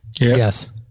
Yes